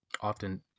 often